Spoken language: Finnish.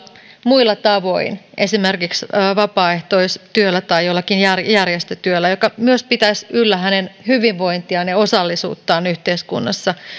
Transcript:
muilla tavoin esimerkiksi vapaaehtoistyöllä tai jollakin järjestötyöllä joka myös pitäisi yllä hänen hyvinvointiaan ja osallisuuttaan yhteiskunnassa